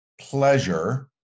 pleasure